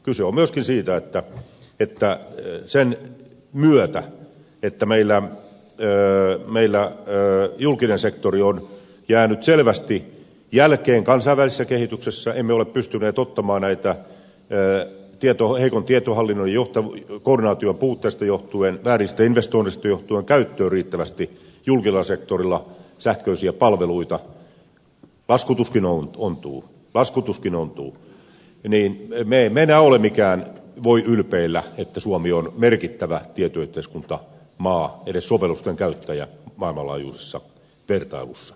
kyse on myöskin siitä että sen myötä että meillä julkinen sektori on jäänyt selvästi jälkeen kansainvälisestä kehityksestä emme ole pystyneet ottamaan heikon tietohallinnon koordinaation puutteesta johtuen vääristä investoinneista johtuen käyttöön riittävästi julkisella sektorilla sähköisiä palveluita laskutuskin ontuu me emme enää voi ylpeillä että suomi on merkittävä tietoyhteiskuntamaa edes sovellusten käyttäjä maailmanlaajuisessa vertailussa